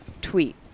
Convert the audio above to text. tweet